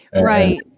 right